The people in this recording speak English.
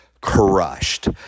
crushed